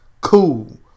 Cool